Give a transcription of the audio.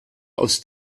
aus